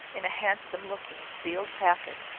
in a handsome-looking sealed packet,